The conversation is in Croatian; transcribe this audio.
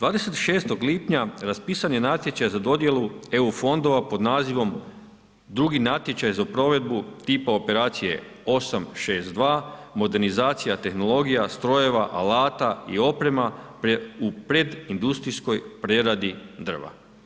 26. lipnja raspisan je natječaj za dodjelu eu fondova pod nazivom „Drugi natječaj za provedbu tipa operacije 862, modernizacija, tehnologija strojeva, alata i oprema u predindustrijskoj preradi drva“